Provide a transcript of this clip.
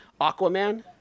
aquaman